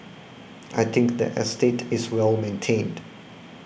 I think the estate is well maintained